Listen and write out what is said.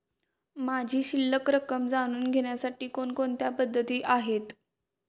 माझी शिल्लक रक्कम जाणून घेण्यासाठी कोणकोणत्या पद्धती आहेत?